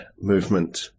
movement